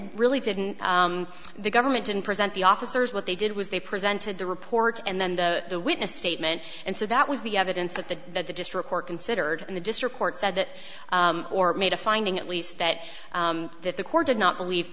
really didn't the government didn't present the officers what they did was they presented the report and then the witness statement and so that was the evidence that the that the district court considered in the district court said that or made a finding at least that that the court did not believe